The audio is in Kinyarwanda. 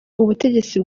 ubutegetsi